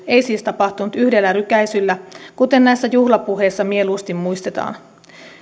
ei siis tapahtunut yhdellä rykäisyllä kuten näissä juhlapuheissa mieluusti muistetaan